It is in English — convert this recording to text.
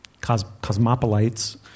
Cosmopolites